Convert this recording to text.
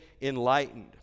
enlightened